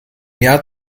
jahr